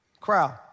Crowd